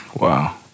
Wow